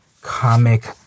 comic